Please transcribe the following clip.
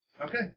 Okay